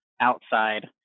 outside